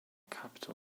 capital